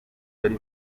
bari